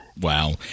Wow